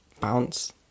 bounce